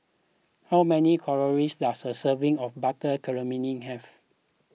how many calories does a serving of Butter Calamari have